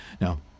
Now